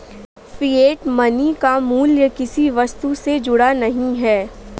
fiat money का मूल्य किसी वस्तु से जुड़ा नहीं है